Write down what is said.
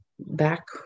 back